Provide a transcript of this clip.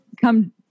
come